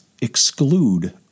exclude